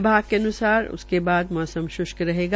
विभाग के अनुसार उसके बाद मौसम श्रष्क रहेगा